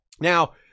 Now